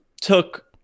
took